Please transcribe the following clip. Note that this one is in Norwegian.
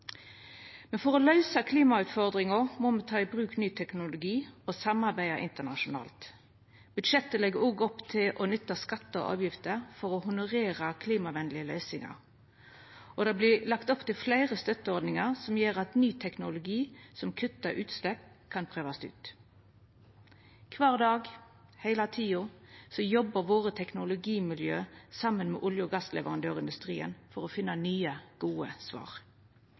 For å løysa klimautfordringa må me ta i bruk ny teknologi og samarbeida internasjonalt. Budsjettet legg òg opp til å nytta skattar og avgifter for å honorera klimavenlege løysingar, og det vert lagt opp til fleire støtteordningar som gjer at ny teknologi som kuttar utslepp, kan prøvast ut. Kvar dag, heile tida, jobbar våre teknologimiljø saman med olje- og gassleverandørindustrien for å finna nye, gode svar.